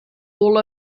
all